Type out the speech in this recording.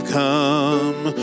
come